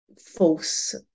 false